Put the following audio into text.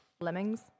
Lemmings